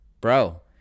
bro